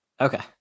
Okay